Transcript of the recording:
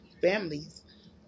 families